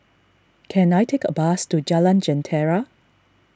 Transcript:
can I take a bus to Jalan Jentera